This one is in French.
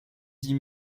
dit